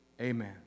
Amen